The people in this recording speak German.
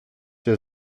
der